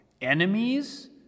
Enemies